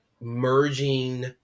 merging